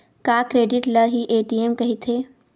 का क्रेडिट ल हि ए.टी.एम कहिथे?